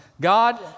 God